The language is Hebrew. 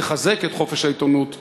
תחזק את חופש העיתונות בישראל.